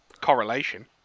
correlation